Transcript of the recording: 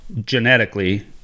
genetically